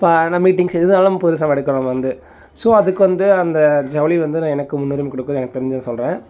பா அந்த மீட்டிங்க்ஸ் எதுனாலும் புதுசாக எடுக்குறோம் நம்ம வந்து ஸோ அதுக்குவந்து அந்த ஜவுளி வந்து எனக்கு முன்னுரிமை கொடுக்குதுன்னு எனக்கு தெரிஞ்சதை சொல்லுறேன்